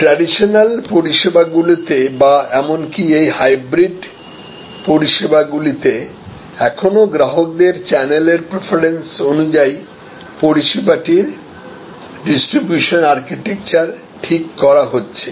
traditional পরিষেবাগুলিতে বা এমনকি এই হাইব্রিড পরিষেবাগুলিতে এখনও গ্রাহকদের চ্যানেলের প্রেফারেন্স অনুযায়ী পরিষেবাটির ডিস্ট্রিবিউশন আর্কিটেকচার ঠিক করা হচ্ছে